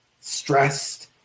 stressed